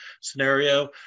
scenario